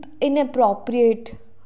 inappropriate